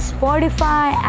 Spotify